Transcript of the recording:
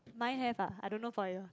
mine have ah I don't know for you